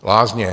Lázně.